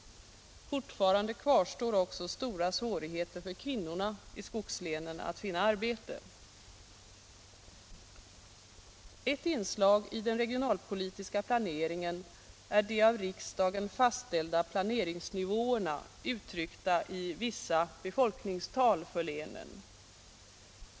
Fortfarande kvarstår också stora svårigheter för kvinnorna i skogslänen att finna arbete. Ett inslag i den regionalpolitiska planeringen är de av riksdagen fastställda planeringsnivåerna uttryckta i vissa befolkningstal för länen.